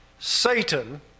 Satan